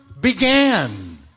began